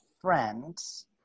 friends